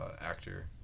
actor